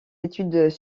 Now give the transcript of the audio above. études